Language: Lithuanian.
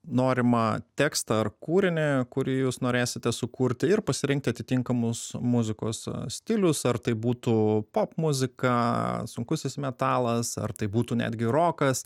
norimą tekstą ar kūrinį kurį jūs norėsite sukurti ir pasirinkti atitinkamus muzikos stilius ar tai būtų popmuzika sunkusis metalas ar tai būtų netgi rokas